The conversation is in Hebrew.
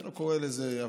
אני לא קורא לזה הפגנה,